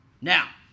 Now